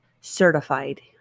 certified